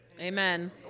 Amen